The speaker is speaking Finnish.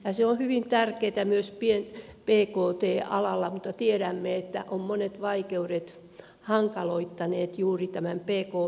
se on hyvin tärkeätä myös pkt alalla mutta tiedämme että monet vaikeudet ovat hankaloittaneet juuri tämän pk yrityksen vientiä